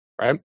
Right